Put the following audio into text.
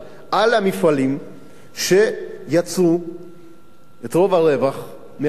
על המפעלים שיצרו את רוב הרווח מהפקת האשלג.